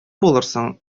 булырсың